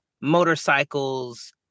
motorcycles